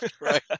right